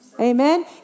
Amen